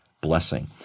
blessing